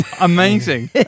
Amazing